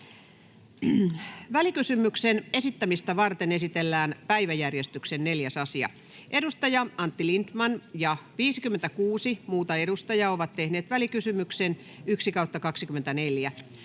Välikysymyksen esittämistä varten esitellään päiväjärjestyksen 4. asia. Antti Lindtman ja 56 muuta edustajaa ovat tehneet välikysymyksen VK